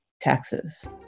taxes